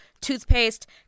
toothpaste